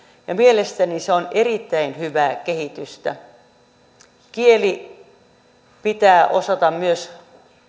ja mielestäni se on erittäin hyvää kehitystä kieltä pitää osata myös